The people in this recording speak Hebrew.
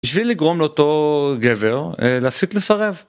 בשביל לגרום לאותו גבר, להפסיק לסרב.